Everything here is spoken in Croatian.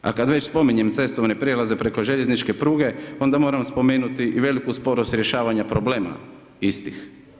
A kada već spominjem cestovne prijelaze preko željezničke pruge, onda moram spomenuti i veliku sporost u rješavanju problema istih.